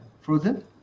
frozen